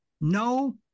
No